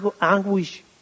anguish